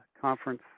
conference